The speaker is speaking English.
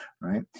Right